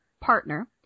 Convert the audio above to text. partner